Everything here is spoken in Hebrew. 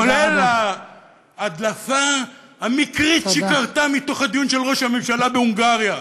כולל ההדלפה המקרית שקרתה מתוך הדיון של ראש הממשלה בהונגריה.